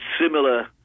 similar